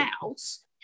house